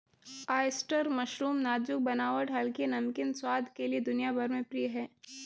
oyster mushroom नाजुक बनावट हल्के, नमकीन स्वाद के लिए दुनिया भर में प्रिय है